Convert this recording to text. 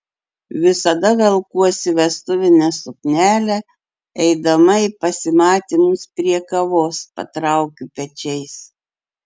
visada velkuosi vestuvinę suknelę eidama į pasimatymus prie kavos patraukiu pečiais